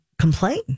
complain